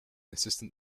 assistant